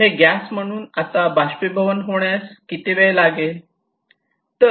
हे गॅस म्हणून आता बाष्पीभवन होण्यास किती वेळ लागेल